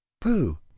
pooh